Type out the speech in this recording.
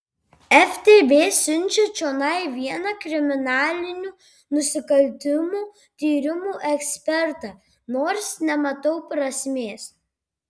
ftb siunčia čionai vieną kriminalinių nusikaltimų tyrimų ekspertą nors nematau prasmės